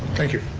thank you.